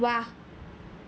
ৱাহ